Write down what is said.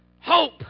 Hope